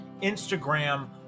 Instagram